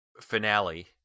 finale